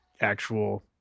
actual